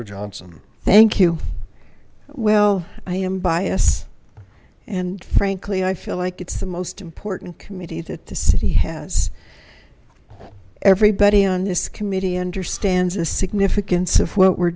johnson thank you well i am biased and frankly i feel like it's the most important committee that the city has everybody on this committee understands the significance of what we're